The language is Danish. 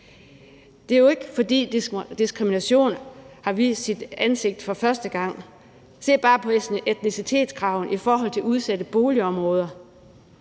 Det er jo ikke, fordi diskrimination har vist sit ansigt for første gang – se bare på etnicitetskravet i forhold til udsatte boligområder.